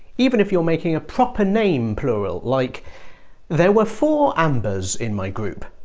even if you're making a proper name plural, like there were four ambers in my group,